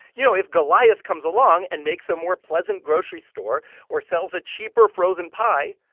you know, if goliath comes along and makes a more pleasant grocery store or sells a cheaper frozen pie,